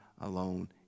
alone